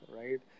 right